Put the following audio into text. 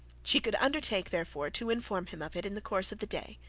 she could undertake therefore to inform him of it, in the course of the day.